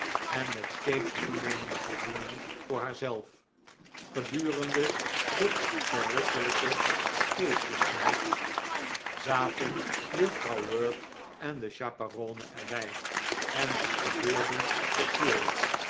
en met steeds toenemende voldoening voor haarzelf gedurende dit verrukkelijke geestesgenot zaten juffrouw wirt en de chaperone er bij en bestudeerden de